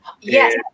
Yes